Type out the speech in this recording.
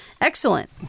Excellent